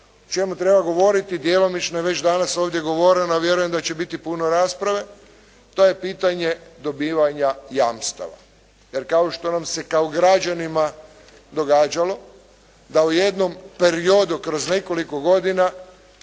o čemu treba govoriti, djelomično je već danas ovdje govoreno, a vjerujem da će biti puno rasprave, to je pitanje dobivanja jamstava. Jer kao što nam se kao građanima događalo da u jednom periodu kroz nekoliko godina